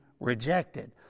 Rejected